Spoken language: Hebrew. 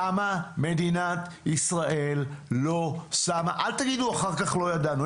למה מדינת ישראל לא שמה אל תגידו אחר כך לא ידענו,